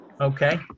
Okay